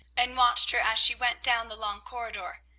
and watched her as she went down the long corridor.